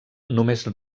només